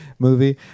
Movie